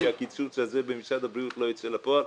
שהקיצוץ הזה במשרד הבריאות לא יצא לפועל.